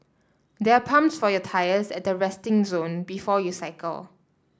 there are pumps for your tyres at the resting zone before you cycle